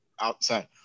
outside